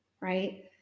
right